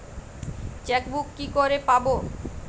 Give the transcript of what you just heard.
Chequebook কি করে পাবো?